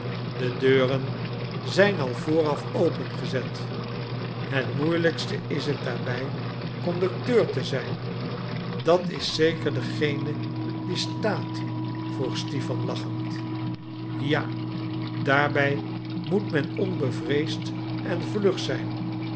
de deuren zijn al vooraf opengezet het moeilijkste is het daarbij conducteur te zijn dat is zeker degene die staat vroeg stipan lachend ja daarbij moet men onbevreesd en vlug zijn